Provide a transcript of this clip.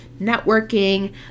networking